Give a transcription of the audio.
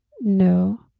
No